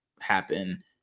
happen